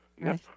Yes